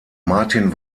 martin